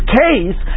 case